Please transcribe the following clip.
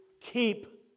keep